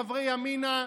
חברי ימינה,